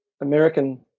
American